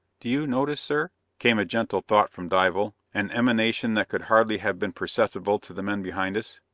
do you notice, sir, came a gentle thought from dival, an emanation that could hardly have been perceptible to the men behind us,